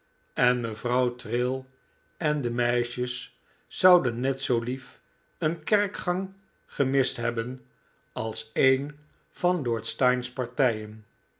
en mevrouw trail en de v meisjes zouden net zoo lief een kerkgang gemist hebbeii als een van lord steyne's partijen